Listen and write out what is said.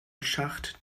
schacht